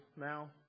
now